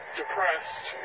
depressed